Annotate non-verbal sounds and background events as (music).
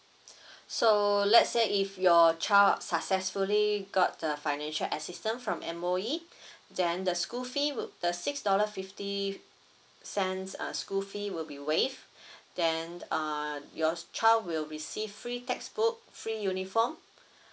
so let's say if your child successfully got the financial assistance from M_O_E (breath) then the school fee would the six dollar fifty cents uh school fee will be waived (breath) then uh your child will receive free textbook free uniform